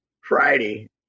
Friday